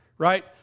Right